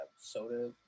soda